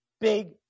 big